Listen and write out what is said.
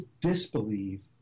disbelieve